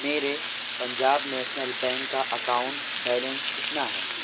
میرے Punjab national bank کا account balance کتنا ہے